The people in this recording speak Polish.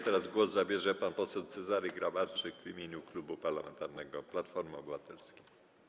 Teraz głos zabierze pan poseł Cezary Grabarczyk w imieniu Klubu Parlamentarnego Platforma Obywatelska.